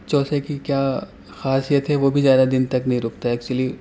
چوسے کی کیا خاصیت ہے وہ بھی زیادہ دن تک نہیں رکتا ہے اکچولی